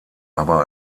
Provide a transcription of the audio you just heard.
aber